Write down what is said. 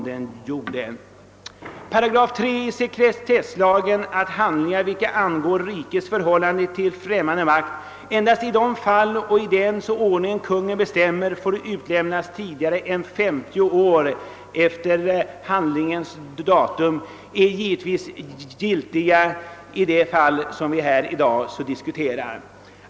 I 3 § sekretesslagen stadgas följande: »Handlingar i ärenden vilka angå rikets förhållande till främmande makt må allenast i de fall och i den ordning Konungen bestämmer utlämnas tidigare än femtio år efter handlingens datum.» Denna bestämmelse är givetvis tillämplig i det fall som vi i dag diskuterar.